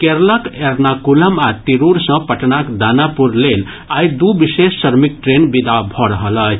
केरलक एर्नाकुलम आ तिरूर सँ पटनाक दानापुर लेल आइ दू विशेष श्रमिक ट्रेन विदा भऽ रहल अछि